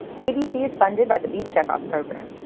kbc is funded by the beef checkoff program,